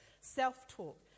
Self-talk